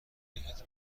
بهت